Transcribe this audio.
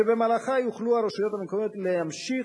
שבמהלכן יוכלו הרשויות המקומיות להמשיך